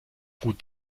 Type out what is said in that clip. gut